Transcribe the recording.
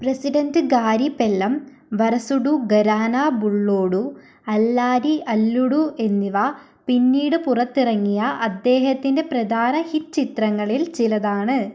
president Gari Pellam Varasudu Gharana Bullodu Allari Alludu എന്നിവ പിന്നീട് പുറത്തിറങ്ങിയ അദ്ദേഹത്തിൻ്റെ പ്രധാന ഹിറ്റ് ചിത്രങ്ങളിൽ ചിലതാണ്